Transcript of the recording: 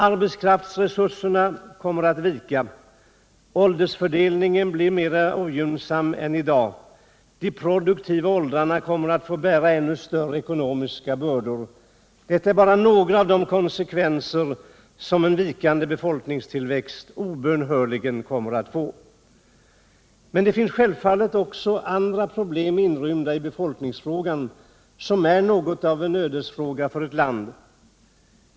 Arbetskraftsresurserna kommer att vika, åldersfördelningen blir mera ogynnsam än i dag, de produktiva åldrarna kommer att få bära ännu större ekonomiska bördor. Detta är bara några av de konsekvenser som en vikande befolkningstillväxt obönhörligen kommer att få. Det finns självfallet också andra problem inrymda i befolkningsfrågan, som är något av en ödesfråga för ett land.